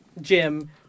Jim